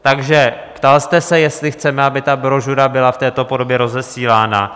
Takže ptal jste se, jestli chceme, aby ta brožura byla v této podobě rozesílána.